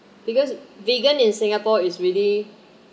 because vegan in singapore is really